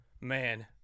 man